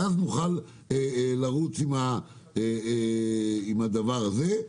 ואז נוכל לרוץ עם הדבר הזה.